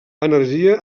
energia